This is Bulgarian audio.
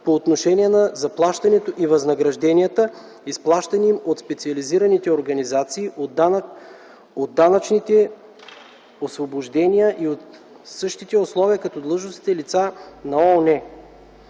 по отношение на заплащането и възнагражденията, изплащани им от специализираните организации, от данъчните освобождавания и от същите условия като длъжностните лица на ООН.